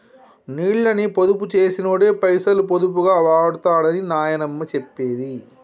నీళ్ళని పొదుపు చేసినోడే పైసలు పొదుపుగా వాడుతడని నాయనమ్మ చెప్పేది